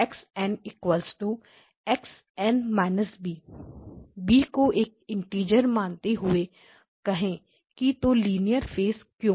X n x n−b b को एक इंटीरियरbinteger मानते हुए कहे की तो लीनियर फेस क्यों